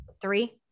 three